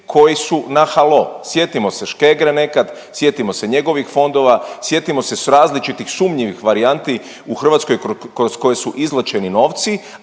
koji su na halo, sjetimo se Škegre nekad, sjetimo se njegovih fondova, sjetimo se s različitih sumnjivih varijanti u Hrvatskoj kroz koje su izvlačeni novci,